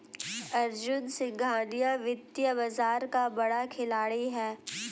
अर्जुन सिंघानिया वित्तीय बाजार का बड़ा खिलाड़ी है